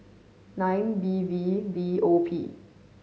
nine V V V O P